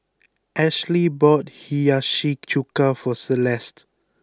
Ashely bought Hiyashi chuka for Celeste